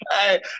Hey